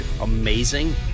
amazing